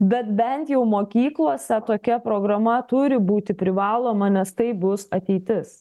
bet bent jau mokyklose tokia programa turi būti privaloma nes tai bus ateitis